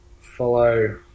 follow